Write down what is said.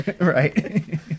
Right